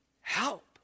Help